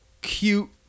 cute